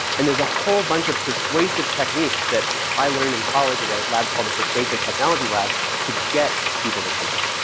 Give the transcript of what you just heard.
and there's a whole bunch of persuasive techniques that i learned in college at a lab called the persuasive technology lab to get people's attention.